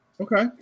Okay